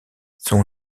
son